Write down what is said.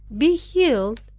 be healed,